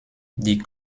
die